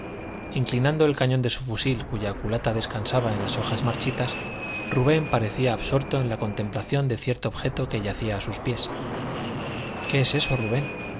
inclinando el cañón de su fusil cuya culata descansaba en las hojas marchitas rubén parecía absorto en la contemplación de cierto objeto que yacía a sus pies qué es eso rubén